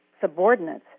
subordinates